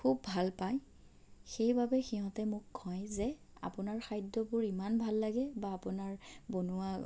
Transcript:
খুব ভাল পায় সেইবাবে সিহঁতে মোক কয় যে আপোনাৰ খাদ্যবোৰ ইমান ভাল লাগে বা আপোনাৰ বনোৱা